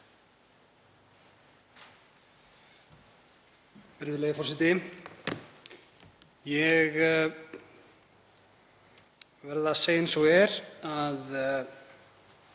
Ég verð að segja eins og er að